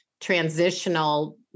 transitional